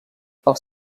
els